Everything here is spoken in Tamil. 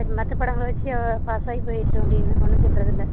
சரி மற்றப்பாடங்கள வச்சு அவள் பாஸ் ஆகி போயிடட்டும் அப்படின்னா ஒன்றும் சொல்லுறதில்ல